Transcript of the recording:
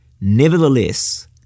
nevertheless